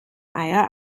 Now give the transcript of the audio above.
eier